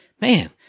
man